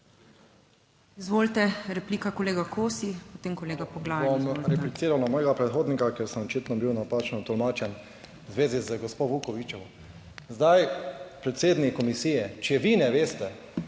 Izvolite, replika kolega Kosi, potem kolega Poglajen. ANDREJ KOSI (PS SDS): Repliciram na mojega predhodnika, ker sem očitno bil napačno tolmačen v zvezi z gospo Vukovičevo. Zdaj, predsednik komisije, če vi ne veste